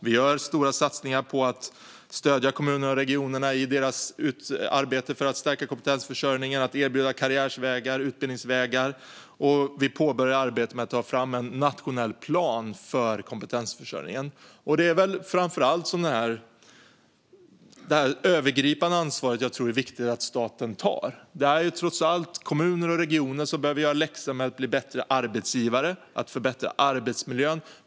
Vi gör stora satsningar på att stödja kommunerna och regionerna i deras arbete för att stärka kompetensförsörjningen och erbjuda karriärvägar och utbildningsvägar. Och vi påbörjar arbetet med att ta fram en nationell plan för kompetensförsörjningen. Det är framför allt det övergripande ansvaret som jag tror att det är viktigt att staten tar. Det är trots allt kommuner och regioner som behöver göra läxorna för att bli bättre arbetsgivare - förbättra arbetsmiljön.